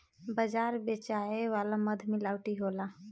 बाजार बेचाए वाला मध मिलावटी होला